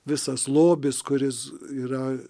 visas lobis kuris yra